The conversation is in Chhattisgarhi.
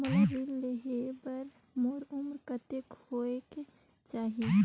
मोला ऋण लेहे बार मोर उमर कतेक होवेक चाही?